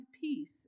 peace